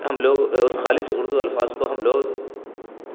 ہم لوگ اس خالص اردو الفاظ کو ہم لوگ